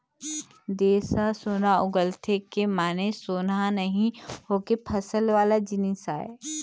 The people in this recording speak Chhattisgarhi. देस ह सोना उगलथे के माने सोनहा नइ होके फसल वाला जिनिस आय